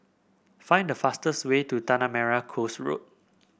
find the fastest way to Tanah Merah Coast Road